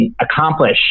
accomplish